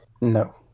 No